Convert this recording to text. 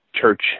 church